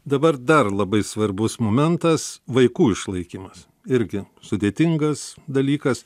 dabar dar labai svarbus momentas vaikų išlaikymas irgi sudėtingas dalykas